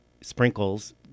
sprinkles